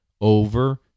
over